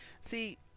See